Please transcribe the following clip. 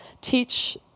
teach